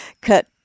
Cut